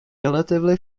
relatively